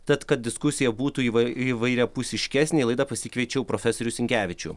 tad kad diskusija būtų įvai įvairiapusiškesnė į laidą pasikviečiau profesorių sinkevičių